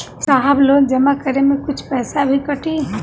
साहब लोन जमा करें में कुछ पैसा भी कटी?